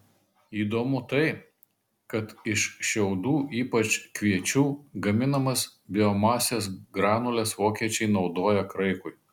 įdomu tai kad iš šiaudų ypač kviečių gaminamas biomasės granules vokiečiai naudoja kraikui